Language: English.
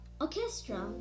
orchestra